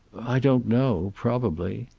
i don't know. probably.